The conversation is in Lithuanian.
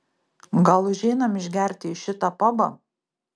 gal užeinam išgerti į šitą pabą